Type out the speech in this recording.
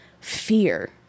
fear